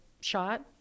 shot